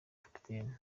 kapiteni